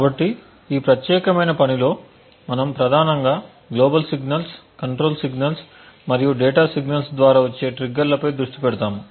కాబట్టి ఈ ప్రత్యేకమైన పనిలో మనము ప్రధానంగా గ్లోబల్ సిగ్నల్స్ కంట్రోల్ సిగ్నల్స్ మరియు డేటా సిగ్నల్స్ ద్వారా వచ్చే ట్రిగ్గర్లపై దృష్టి పెడతాము